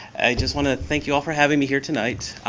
i just want to thank you all for having me here tonight.